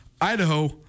Idaho